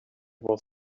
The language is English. was